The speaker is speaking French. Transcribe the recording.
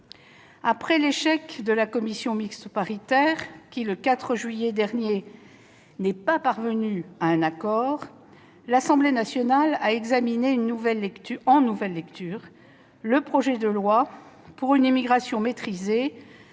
Après l'échec de la commission mixte paritaire, qui, le 4 juillet dernier, n'est pas parvenue à un accord, l'Assemblée nationale a examiné, en nouvelle lecture, le projet de loi pour une immigration maîtrisée,